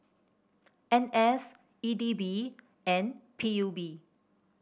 N S E D B and P U B